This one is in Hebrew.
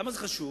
למה זה חשוב?